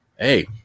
hey